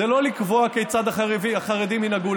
זה לא לקבוע כיצד החרדים ינהגו.